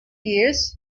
years